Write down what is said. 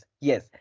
yes